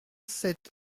sept